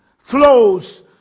Flows